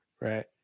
right